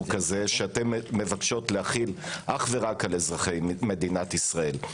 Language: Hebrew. כזה שאתן מבקשות להחיל רק על אזרחי מדינת ישראל.